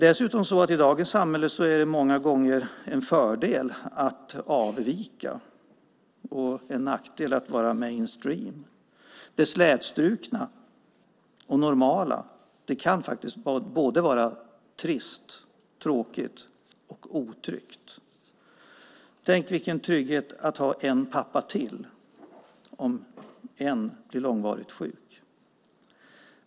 I dagens samhälle är det dessutom många gånger en fördel att avvika och en nackdel att vara mainstream. Det slätstrukna och normala kan faktiskt vara trist, tråkigt och otryggt. Tänk vilken trygghet att ha en pappa till om en blir långvarigt sjuk!